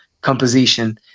composition